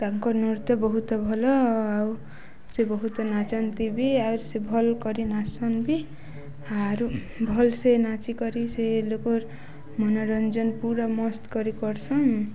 ତାଙ୍କ ନୃତ୍ୟ ବହୁତ ଭଲ ଆଉ ସେ ବହୁତ ନାଚନ୍ତି ବି ଆଉର୍ ସେ ଭଲ୍ କରି ନାଚ୍ସନ୍ ବି ଆରୁ ଭଲ ସେ ନାଚିକରି ସେ ଲୋକର୍ ମନୋରଞ୍ଜନ ପୁରା ମସ୍ତ କରି କରସନ୍